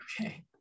Okay